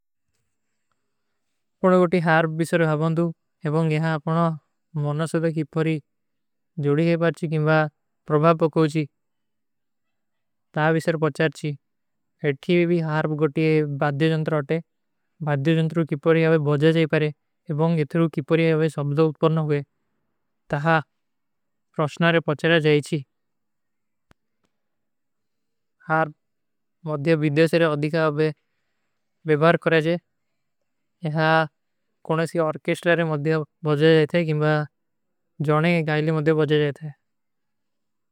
କୁଣ ଗୋଟୀ ହାର୍ଵ ବିଶର ହାବଂଦୁ ଏବଂଗ ଯହାଁ ଅପନା ମନନ ସୋଧା କିପରୀ ଜୋଡୀ ହୈ ପାଡଚୀ କିମ୍ବା ପ୍ରଭାପ ପକଵଚୀ। ତହାଂ ବିଶର ପଚ୍ଚାରଚୀ। ଇତ୍ଥୀ ଭୀ ହାର୍ଵ ଗୋଟୀ ବାଦ୍ଡ୍ଯୋ ଜଂଟ୍ର ଆଟେ। ବାଦ୍ଡ୍ଯୋ ଜଂଟ୍ର କିପରୀ ଆବେ ବଜଜା ଜାଈ ପାଡେ ଏବଂଗ ଇତ୍ଥୀ କିପରୀ ଆବେ ସବ୍ଦଵ ଉତ୍ପର୍ଣ ହୁଏ। ତହାଂ ପ୍ରଶ୍ନାରେ ପଚ୍ଚାରଚୀ। ହାର୍ଵ ମଦ୍ଯା ବିଦେଶରେ ଅଧିକା ଆବେ ବେଵାର କରେଜେ। ଯହାଁ କୋନେ ସୀ ଓର୍କେଶ୍ଟ ଲେରେ ମଦ୍ଯା ବଜଜେ ଜାଏ ଥେ। ଗିମ୍ବ ଜୌନେ କେ ଗାଈଲେ ମଦ୍ଯା ବଜଜେ ଜାଏ ଥେ।